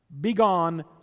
Begone